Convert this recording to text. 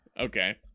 Okay